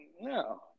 no